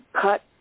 cut